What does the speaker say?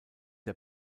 der